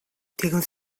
тэгвэл